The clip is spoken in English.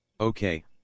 Okay